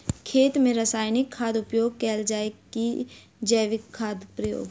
खेत मे रासायनिक खादक प्रयोग कैल जाय की जैविक खादक प्रयोग?